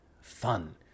fun